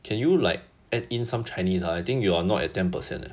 can you like add in some chinese ah I think you are not at ten percent eh